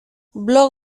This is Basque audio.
blog